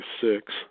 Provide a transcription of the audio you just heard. six